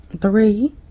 three